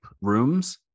rooms